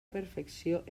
perfecció